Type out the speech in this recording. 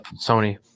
Sony